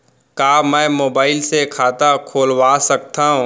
का मैं मोबाइल से खाता खोलवा सकथव?